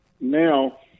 now